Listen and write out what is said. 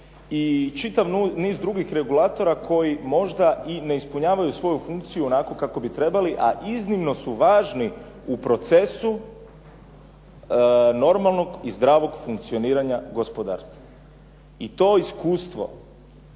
I čitav niz drugih regulatora koji možda i ne ispunjavaju svoju funkciju onako kako bi trebali, a iznimno su važni u procesu normalno i zdravog funkcioniranja gospodarstva. I to iskustvo